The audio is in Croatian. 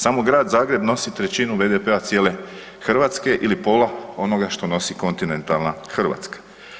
Samo Grad Zagreb nosi trećinu BDP-a cijele Hrvatske ili pola onoga što nosi kontinentalna Hrvatska.